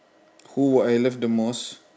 who would I love the most